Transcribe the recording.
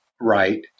right